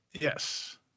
Yes